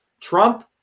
Trump